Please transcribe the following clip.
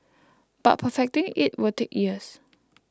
but perfecting it will take years